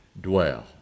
dwell